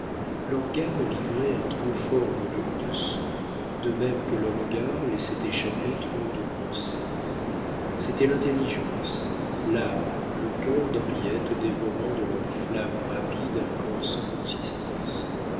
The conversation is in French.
l'organe livrait un trop fort volume de son de même que le regard laissait échapper trop de pensées c'était l'intelligence l'âme le cœur d'henriette dévorant de leur flamme rapide un corps sans consistance